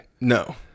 No